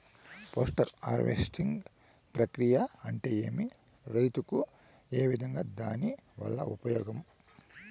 Post harvesting ప్రక్రియ అంటే ఏమి? రైతుకు ఏ విధంగా దాని వల్ల ఉపయోగం?